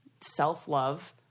self-love